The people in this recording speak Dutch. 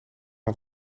had